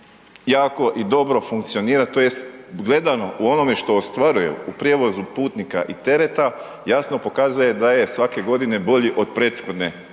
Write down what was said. jako i dobro funkcionira tj. gledano u onome što ostvaruju u prijevozu putnika i tereta, jasno pokazuje da je svake godine bolji od prethodne